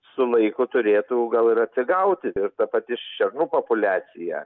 su laiku turėtų gal ir atsigauti ir ta pati šernų populiacija